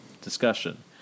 discussion